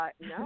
No